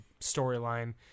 storyline